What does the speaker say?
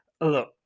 look